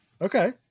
Okay